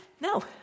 no